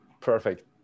Perfect